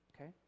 Okay